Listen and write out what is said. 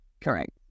Correct